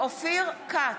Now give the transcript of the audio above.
אופיר כץ,